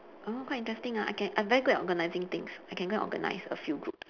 oh quite interesting ah I can I'm very good at organising things I can go and organise a few groups